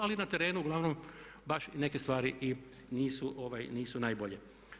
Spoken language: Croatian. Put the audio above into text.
Ali na terenu uglavnom baš neke stvari i nisu najbolje.